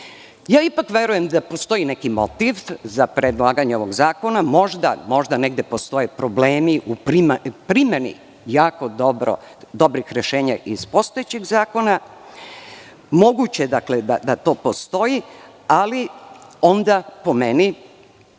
verujem da postoji neki motiv za predlaganje ovog zakona. Možda negde postoje problemi u primeni jako dobrih rešenja iz postojećeg zakona. Moguće je da to postoji, ali onda, po meni,